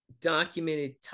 documented